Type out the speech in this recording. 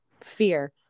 Fear